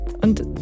Und